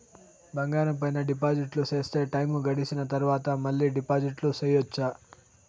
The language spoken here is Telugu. బంగారం పైన డిపాజిట్లు సేస్తే, టైము గడిసిన తరవాత, మళ్ళీ డిపాజిట్లు సెయొచ్చా?